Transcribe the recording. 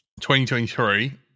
2023